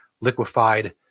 liquefied